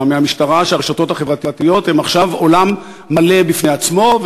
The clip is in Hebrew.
שהרשתות החברתיות הן עכשיו עולם מלא בפני עצמו,